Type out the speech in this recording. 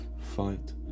fight